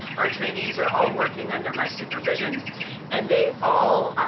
our trainees are all working under my supervision and they all,